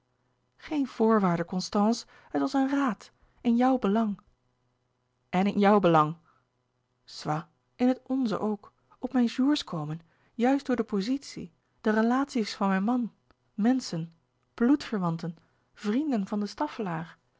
geen voorwaarde constance het was een raad in jouw belang en in jouw belang soit in het onze ook op mijn jours komen juist door de pozitie de relaties van mijn man menschen bloedverwanten vrienden van de